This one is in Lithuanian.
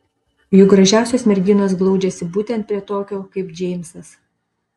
juk gražiausios merginos glaudžiasi būtent prie tokio kaip džeimsas